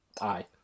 Aye